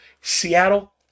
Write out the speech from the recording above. seattle